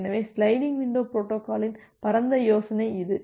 எனவே sliding window பொரோட்டோகாலின் பரந்த யோசனை இது